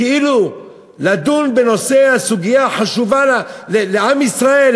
כאילו לדון בנושא הסוגיה החשובה לעם ישראל,